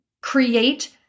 create